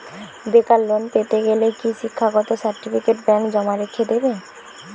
বেকার লোন পেতে গেলে কি শিক্ষাগত সার্টিফিকেট ব্যাঙ্ক জমা রেখে দেবে?